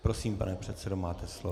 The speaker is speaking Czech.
Prosím, pane předsedo, máte slovo.